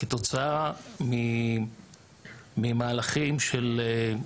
כתוצאה ממהלכים של,